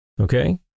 okay